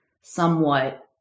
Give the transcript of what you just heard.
somewhat